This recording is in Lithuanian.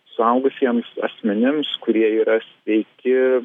suaugusiems asmenims kurie yra sveiki